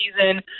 season